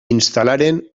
instal·laren